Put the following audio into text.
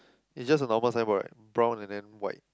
it's just a normal signboard right brown and then white